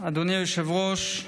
אדוני היושב-ראש,